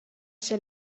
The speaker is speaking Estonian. see